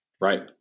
Right